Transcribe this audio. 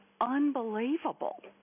unbelievable